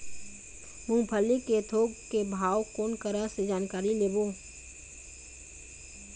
मूंगफली के थोक के भाव कोन करा से जानकारी लेबो?